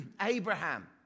Abraham